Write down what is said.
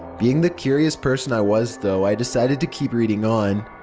being the curious person i was, though, i decided to keep reading on.